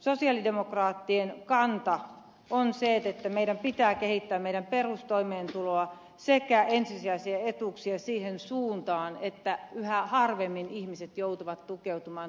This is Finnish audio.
sosialidemokraattien kanta on se että meidän pitää kehittää meidän perustoimeentuloamme sekä ensisijaisia etuuksia siihen suuntaan että yhä harvemmin ihmiset joutuvat tukeutumaan toimeentulotukeen